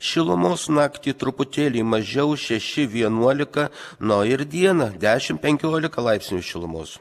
šilumos naktį truputėlį mažiau šeši vienuolika na o ir dieną dešim penkiolika laipsnių šilumos